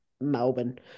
Melbourne